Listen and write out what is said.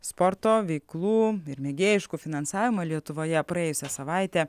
sporto veiklų ir mėgėjiškų finansavimą lietuvoje praėjusią savaitę